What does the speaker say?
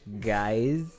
Guys